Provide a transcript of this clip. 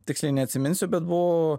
tiksliai neatsiminsiu bet buvo